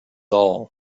all